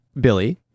Billy